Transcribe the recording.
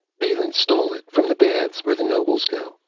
balin stole it from the baths where the nobles go.